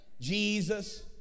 Jesus